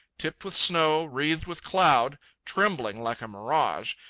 tipped with snow, wreathed with cloud, trembling like a mirage,